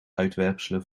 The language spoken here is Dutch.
uitwerpselen